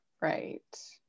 right